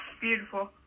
Beautiful